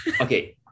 okay